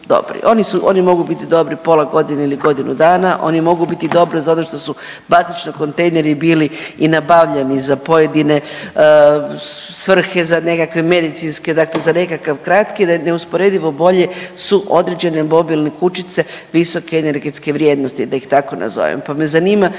Oni mogu biti dobri pola godine ili godinu dana, oni mogu biti dobri zato što su bazično kontejneri bili i nabavljani za pojedine svrhe, za nekakve medicinske, dakle za nekakav kratki, neusporedivo bolje su određene mobilne kućice visoke energetske vrijednosti da ih tako nazovem.